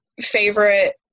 favorite